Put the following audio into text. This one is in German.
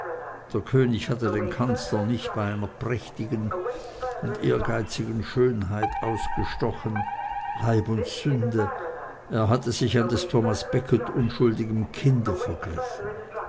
der könig hatte den kanzler nicht bei einer prächtigen und ehrgeizigen schönheit ausgestochen leid und sünde er hatte sich an des thomas becket unschuldigem kinde vergriffen